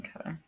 Okay